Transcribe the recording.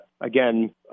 again